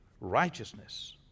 Righteousness